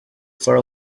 for